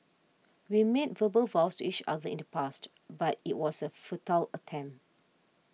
we made verbal vows to each other in the past but it was a futile attempt